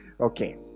Okay